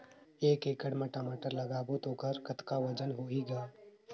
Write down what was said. एक एकड़ म टमाटर लगाबो तो ओकर कतका वजन होही ग?